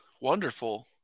wonderful